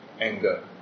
anger